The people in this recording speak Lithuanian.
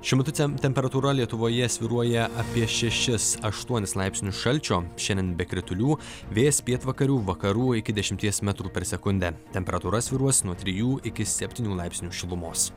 šiuo metu temperatūra lietuvoje svyruoja apie šešis aštuonis laipsnius šalčio šiandien be kritulių vėjas pietvakarių vakarų iki dešimties metrų per sekundę temperatūra svyruos nuo trijų iki septynių laipsnių šilumos